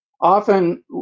often